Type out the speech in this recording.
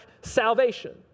salvation